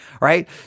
right